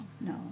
no